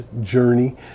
journey